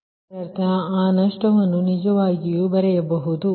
ಅಂದರೆ ಇದರರ್ಥ ನಾವು ಆ ನಷ್ಟವನ್ನು ನಿಜವಾಗಿ ಬರೆಯಬಹುದು